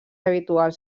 habituals